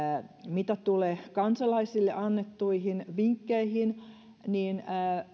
mitä tulee kansalaisille annettuihin vinkkeihin niin